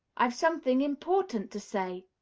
i've something important to say!